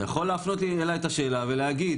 אתה יכול להפנות אלי את השאלה ולהגיד,